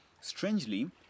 Strangely